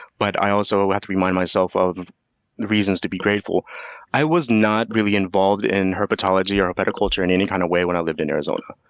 but i also have to remind myself of the reasons to be grateful i was not really involved in herpetology or herpetoculture in any kind of way when i lived in arizona.